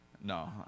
No